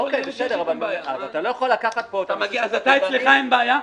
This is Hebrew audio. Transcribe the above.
אז אצלך אין בעיה.